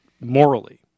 morally